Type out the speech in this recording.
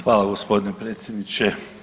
Hvala gospodine predsjedniče.